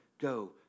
go